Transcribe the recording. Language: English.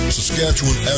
Saskatchewan